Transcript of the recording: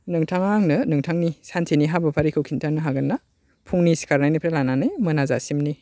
नोंथाङा आंनो नोंथांनि सानसेनि हाबाफारिखौ खिन्थानो हागोन ना फुंनि सिखारनायनिफ्राय लानानै मोनाजासिमनि